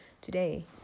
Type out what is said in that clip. today